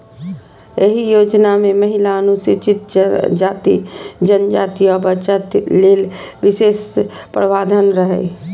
एहि योजना मे महिला, अनुसूचित जाति, जनजाति, आ बच्चा लेल विशेष प्रावधान रहै